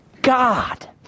God